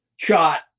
shot